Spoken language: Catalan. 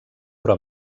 però